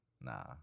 Nah